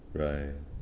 right